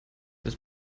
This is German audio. das